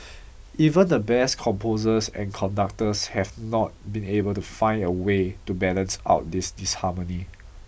even the best composers and conductors have not been able to find a way to balance out this disharmony